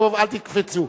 אל תקפצו,